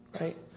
right